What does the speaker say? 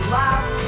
laugh